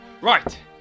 Right